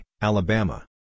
Alabama